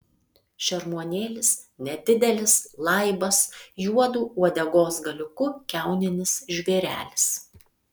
šermuonėlis nedidelis laibas juodu uodegos galiuku kiauninis žvėrelis